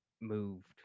moved